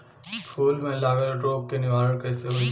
फूल में लागल रोग के निवारण कैसे होयी?